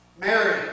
Mary